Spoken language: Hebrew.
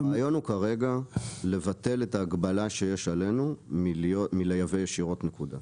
הרעיון הוא כרגע לבטל את ההגבלה שיש עלינו מלייבא ישירות נקודה.